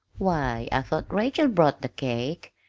why, i thought rachel brought the cake,